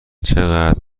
چقدر